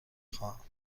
خواهم